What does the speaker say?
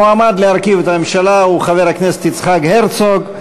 המועמד להרכיב את הממשלה הוא חבר הכנסת יצחק הרצוג.